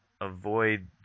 avoid